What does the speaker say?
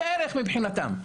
זה ערך מבחינתם,